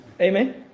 Amen